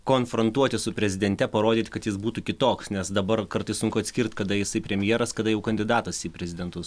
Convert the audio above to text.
konfrontuoti su prezidente parodyt kad jis būtų kitoks nes dabar kartais sunku atskirt kada jisai premjeras kada jau kandidatas į prezidentus